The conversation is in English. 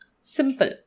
Simple